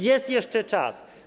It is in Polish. Jest jeszcze czas.